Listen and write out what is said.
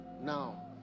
now